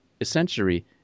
essentially